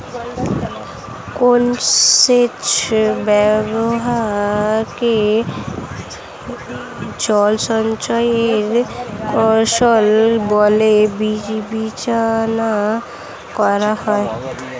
কোন সেচ ব্যবস্থা কে জল সঞ্চয় এর কৌশল বলে বিবেচনা করা হয়?